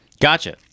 Gotcha